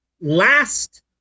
last